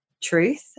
truth